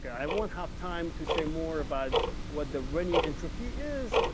i won't have time to say more about what the renyi entropy is,